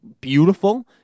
Beautiful